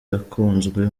yakunzwe